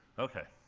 ok.